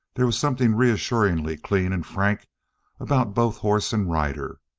there was something reassuringly clean and frank about both horse and rider,